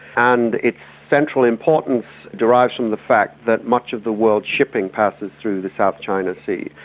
and its central importance derives from the fact that much of the world's shipping passes through the south china sea,